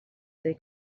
they